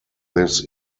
this